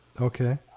Okay